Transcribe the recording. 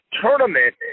tournament